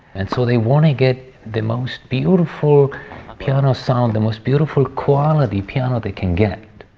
and so they want to get the most beautiful piano sound, the most beautiful quality piano they can get.